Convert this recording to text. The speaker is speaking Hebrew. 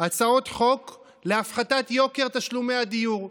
הצעות חוק להפחתת יוקר תשלומי הדיור.